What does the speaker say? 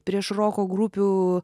prieš roko grupių